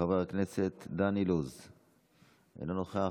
חבר הכנסת דן אילוז אינו נוכח,